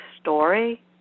story